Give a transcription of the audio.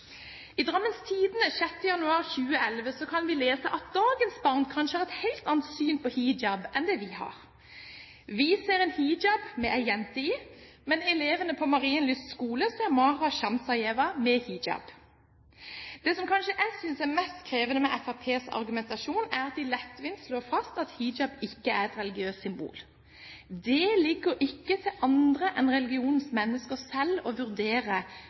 I Drammens Tidende 6. januar 2011 kan vi lese at dagens barn kanskje har et helt annet syn på hijab enn det vi har. Vi ser en hijab med en jente i, men elevene på Marienlyst skole ser Marha Sjamsajeva med hijab. Det som kanskje jeg synes er mest krevende med Fremskrittspartiets argumentasjon, er at de lettvint slår fast at hijab ikke er et religiøst symbol. Det ligger ikke til andre enn religionens mennesker selv å vurdere